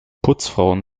putzfrauen